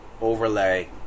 overlay